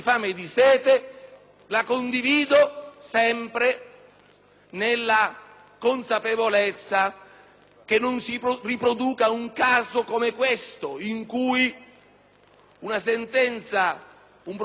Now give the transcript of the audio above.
nella consapevolezza che non si riproduca un caso come questo, in cui una sentenza, un provvedimento giurisdizionale ricostruisca